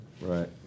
Right